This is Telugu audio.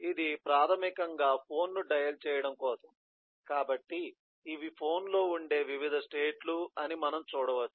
ఇది ప్రాథమికంగా ఫోన్ను డయల్ చేయడం కోసం కాబట్టి ఇవి ఫోన్లో ఉండే వివిధ స్టేట్ లు అని మనం చూడవచ్చు